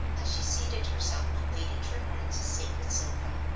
as she seated herself on lady treherne's sacred sofa.